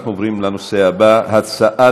אנחנו עוברים לנושא הבא, הסכם